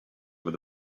that